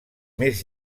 més